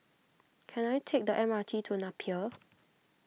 can I take the M R T to Napier